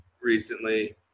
recently